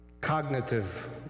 cognitive